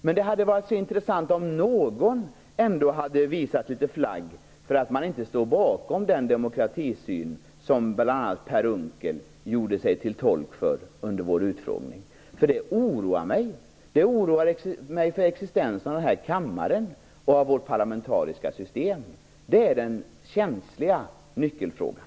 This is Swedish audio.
Men det hade varit mycket intressant om någon ändå litet grand hade flaggat för att man inte står bakom den demokratisyn som bl.a. Per Unckel gjorde sig till tolk för under vår utfrågning. Detta oroar mig, även med tanke på denna kammares och vårt parlamentariska systems existens, och detta är den känsliga nyckelfrågan.